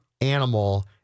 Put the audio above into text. animal